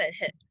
hit